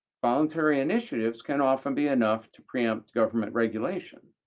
voluntary initiatives can often be enough to preempt government regulation.